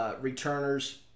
returners